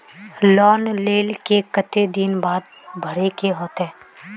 Loan लेल के केते दिन बाद भरे के होते?